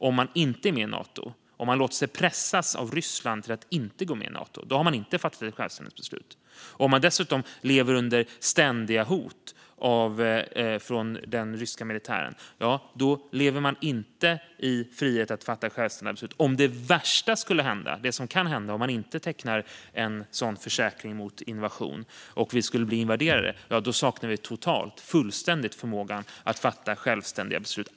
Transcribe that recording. Om man låter sig pressas av Ryssland att inte gå med i Nato har man inte fattat ett självständigt beslut. Om man dessutom lever under ständiga hot från den ryska militären lever man inte i frihet att fatta självständiga beslut. Om det värsta skulle hända - det värsta som kan hända om vi inte tecknar en sådan försäkring mot invasion - och vi skulle bli invaderade saknar vi totalt och fullständigt förmågan att fatta självständiga beslut.